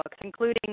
including